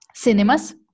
cinemas